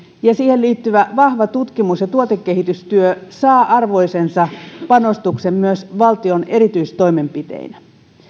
ja siihen liittyvä vahva tutkimus ja tuotekehitystyö saavat arvoisensa panostuksen myös valtion erityistoimenpiteinä